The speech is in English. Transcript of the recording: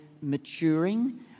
maturing